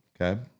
Okay